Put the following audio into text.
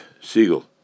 Siegel